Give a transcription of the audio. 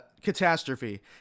catastrophe